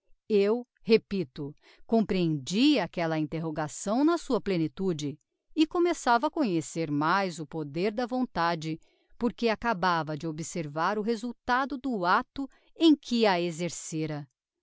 eu repito comprehendi aquella interrogação na sua plenitude e começava a conhecer mais o poder da vontade porque acabava de observar o resultado do acto em que a exercera